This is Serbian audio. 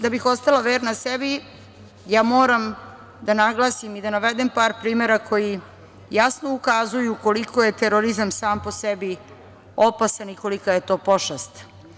Da bih ostala verna sebi moram da naglasim i da navedem par primera koji jasno ukazuju koliko je terorizam sam po sebi opasan i kolika je to pošast.